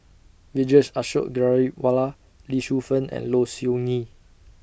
Vijesh Ashok Ghariwala Lee Shu Fen and Low Siew Nghee